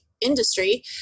industry